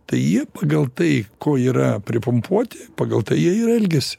tai jie pagal tai ko yra pripumpuoti pagal tai jie ir elgiasi